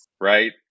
right